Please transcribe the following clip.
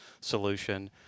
solution